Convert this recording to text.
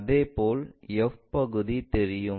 அதேபோல் f பகுதி தெரியும்